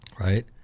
right